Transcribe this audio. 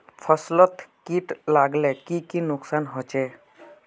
फसलोत किट लगाले की की नुकसान होचए?